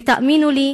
ותאמינו לי,